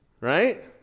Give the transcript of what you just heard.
Right